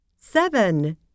seven